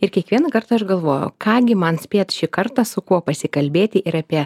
ir kiekvieną kartą aš galvoju ką gi man spėt šį kartą su kuo pasikalbėti ir apie